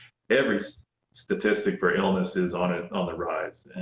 every statistic for illness is on ah on the rise,